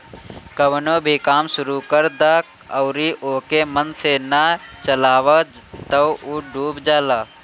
कवनो भी काम शुरू कर दअ अउरी ओके मन से ना चलावअ तअ उ डूब जाला